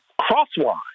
crosswise